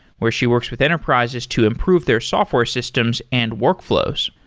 where she works with enterprises to improve their software systems and workflows.